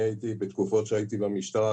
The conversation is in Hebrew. בתקופות שהייתי במשטרה,